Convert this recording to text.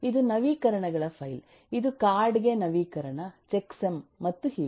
ಇದು ನವೀಕರಣಗಳ ಫೈಲ್ ಇದು ಕಾರ್ಡ್ ಗೆ ನವೀಕರಣ ಚೆಕ್ಸಮ್ ಮತ್ತು ಹೀಗೆ